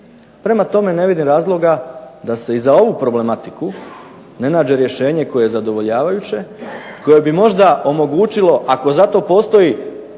Prema tome ne vidim razloga da se i za ovu problematiku ne nađe rješenje koje je zadovoljavajuće, koje bi možda omogućilo ako za to postoji